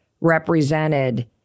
represented